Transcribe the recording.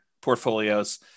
portfolios